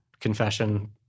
confession